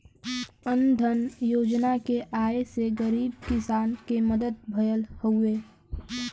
अन्न धन योजना के आये से गरीब किसान के मदद भयल हउवे